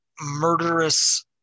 murderous